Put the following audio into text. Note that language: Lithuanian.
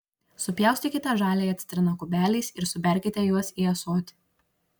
supjaustykite žaliąją citriną kubeliais ir suberkite juos į ąsotį